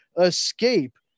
escape